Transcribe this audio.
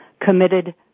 committed